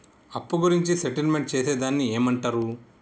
అప్పు గురించి సెటిల్మెంట్ చేసేదాన్ని ఏమంటరు?